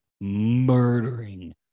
murdering